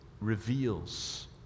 reveals